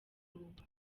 mpanuka